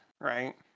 right